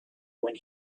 when